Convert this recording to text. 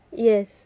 yes